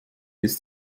ist